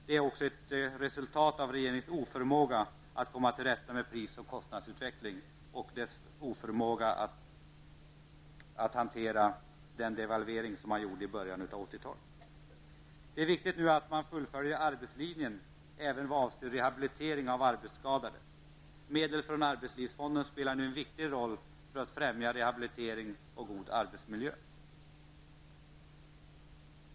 Den är också ett resultat av regeringens oförmåga att komma till rätta med pris och kostnadsutvecklingen och oförmågan att hantera devalveringen i början av 1980-talet. Det är viktigt att arbetslinjen fullföljs även i vad avser rehabilitering av arbetsskadade. Medel från arbetslivsfonden spelar nu en viktig roll för att främja rehabilitering och god arbetsmiljö.